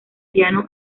piano